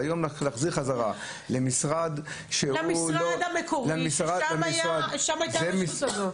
היום להחזיר חזרה למשרד -- למשרד המקורי ששם הייתה הרשות הזאת.